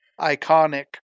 iconic